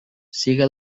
siga